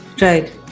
Right